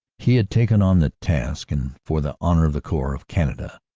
he had taken on the task and for the honor of the corps, of canada.